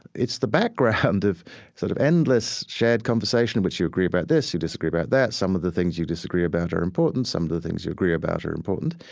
it's the background of sort of endless shared conversation, which you agree about this you disagree about that some of the things you disagree about are important some of the things you agree about are important